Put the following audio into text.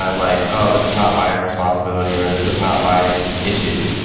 ah like oh, this is not my responsibility, or this is not my issue.